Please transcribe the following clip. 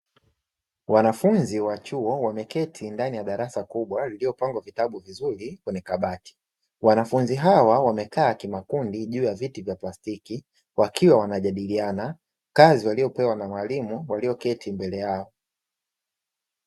Wanafunzi wa chuo wameketi ndani ya darasa kubwa lililopangwa vitabu vizuri kwenye kabati. Wanafunzi hawa wamekaa kimakundi juu ya viti vya plastiki wakiwa wanajadiliana kazi waliyopewa na mwalimu waliyoketi mbele yao.